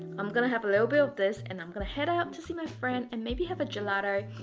i'm gonna have a little bit of this and i'm gonna head out to see my friend and maybe have a gelato.